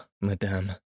madame